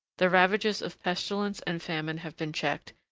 the ravages of pestilence and famine have been checked,